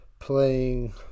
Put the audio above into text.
Playing